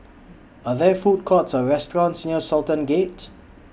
Are There Food Courts Or restaurants near Sultan Gate